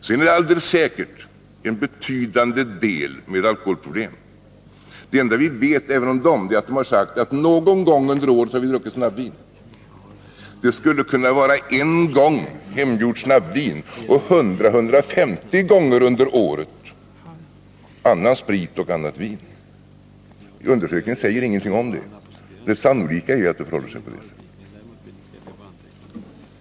Sedan är det alldeles säkert en betydande del med alkoholproblem. Det enda vi vet även om dem är att de har sagt att de någon gång under året har druckit snabbvin. Det skulle kunna vara en gång hemgjort snabbvin och 100-150 gånger under året annan sprit och annat vin. Undersökningen säger ingenting om det. Det sannolika är att det förhåller sig på det sättet.